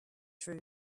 true